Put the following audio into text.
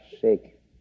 sick